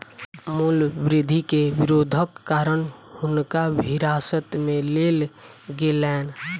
मूल्य वृद्धि के विरोधक कारण हुनका हिरासत में लेल गेलैन